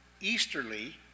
Easterly